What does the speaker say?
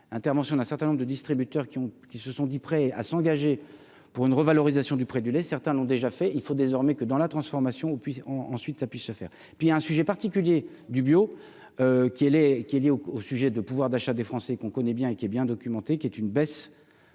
l'intervention d'un certain nombre de distributeurs qui ont, qui se sont dits prêts à s'engager pour une revalorisation du prix du lait, certains l'ont déjà fait, il faut désormais que dans la transformation, on puisse ensuite ça puisse se faire, et puis il y a un sujet particulier du bio qui est qui est est au au sujet de pouvoir d'achat des Français qu'on connaît bien et qui est bien documenté, qui est une baisse